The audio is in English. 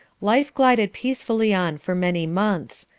life glided peacefully on for many months,